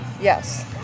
Yes